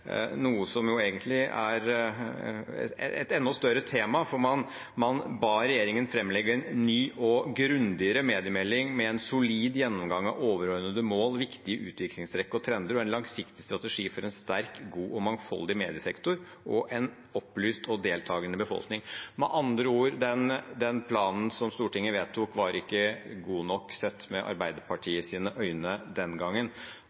noe som egentlig er et enda større tema, for man ba regjeringen «fremlegge en ny og grundigere mediemelding, med en solid gjennomgang av overordnede mål, viktige utviklingstrekk og trender, og en langsiktig strategi for en sterk, god og mangfoldig mediesektor og en opplyst og deltakende befolkning». Med andre ord: Den planen som Stortinget vedtok, var ikke god nok sett med Arbeiderpartiets øyne den gangen,